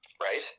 Right